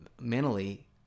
mentally